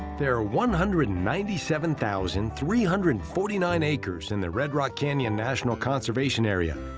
there are one hundred and ninety seven thousand three hundred and forty nine acres in the red rock canyon national conservation area,